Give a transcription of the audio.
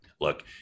look